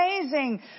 amazing